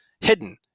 hidden